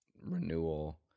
renewal